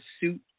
suit